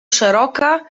szeroka